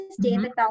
David